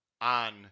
on